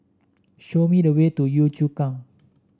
show me the way to Yio Chu Kang